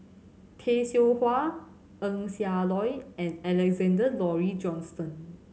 Tay Seow Huah Eng Siak Loy and Alexander Laurie Johnston